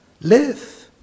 live